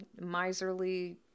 miserly